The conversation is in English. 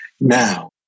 Now